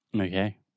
Okay